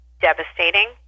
devastating